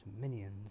minions